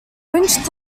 winch